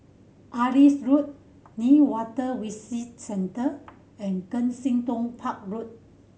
Adis Road Newater Visitor Centre and Kensington Park Road